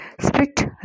split